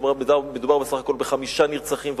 מדובר בסך הכול בחמישה נרצחים,